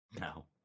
No